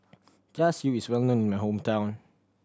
Char Siu is well known in my hometown